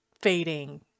fading